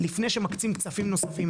לפני שמקצים כספים נוספים,